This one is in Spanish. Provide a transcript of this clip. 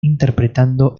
interpretando